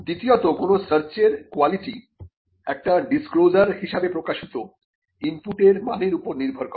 দ্বিতীয়তঃ কোন সার্চের কোয়ালিটি একটি ডিসক্লোজার হিসাবে প্রকাশিত ইনপুটের মানের উপর নির্ভর করে